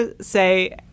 say